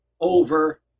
over